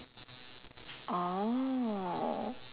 oh